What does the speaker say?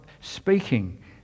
speaking